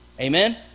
Amen